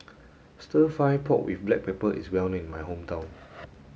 stir fry pork with black pepper is well known in my hometown